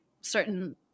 certain